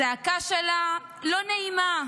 הזעקה שלה לא נעימה.